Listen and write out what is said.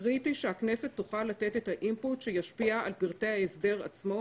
קריטי שהכנסת תוכל לתת את ה- input שישפיע על פרטי ההסדר עצמו,